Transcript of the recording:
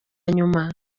nyuma